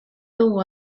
dugu